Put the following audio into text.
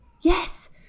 Yes